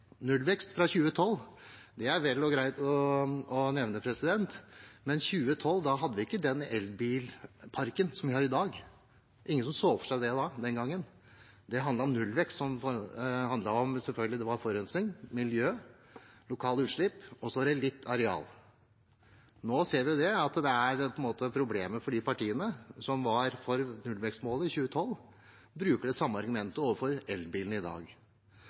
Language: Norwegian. nullvekst. Nullvekstmålet i 2012 er greit å nevne – men i 2012 hadde vi ikke den elbilparken som vi har i dag. Det var ingen som så for seg det da, den gangen. Nullvekst handlet selvfølgelig om forurensing, miljø, lokale utslipp og litt areal. Nå ser vi at de partiene som var for nullvekstmålet i 2012, bruker det samme argumentet overfor elbilene i dag.